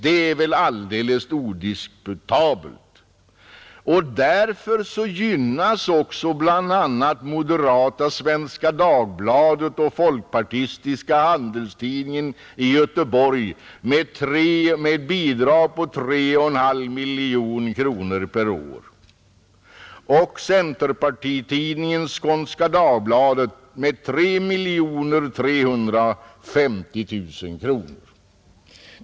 Det är väl alldeles odiskutabelt. Och därför gynnas också bl.a. moderata Svenska Dagbladet och folkpartistiska Handelstidningen i Göteborg med bidrag på 3,5 miljoner kronor och centerpartitidningen Skånska Dagbladet med 3 350 000 kronor per år.